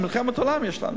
מלחמת עולם יש לנו,